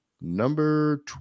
number